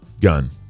gun